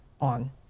on